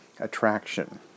attraction